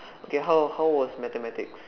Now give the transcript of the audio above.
okay how how was mathematics